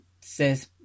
says